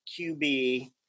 QB